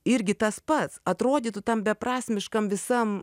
irgi tas pats atrodytų tam beprasmiškam visam